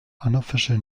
unofficial